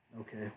Okay